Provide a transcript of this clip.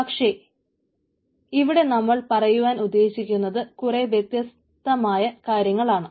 പക്ഷെ ഇവിടെ നമ്മൾ പറയുവാൻ ഉദ്ദേശിക്കുന്നത് കുറച്ചു വ്യത്യസ്ഥമാണ്